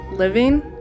living